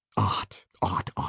ought, ought,